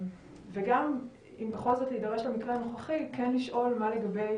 וגם אם בכל זאת נדרש למקרה הנוכחי כן לשאול מה לגבי